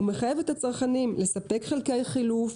הוא מחייב את הספקים לספק חלקי חילוף,